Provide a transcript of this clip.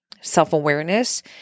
self-awareness